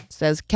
says